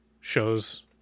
shows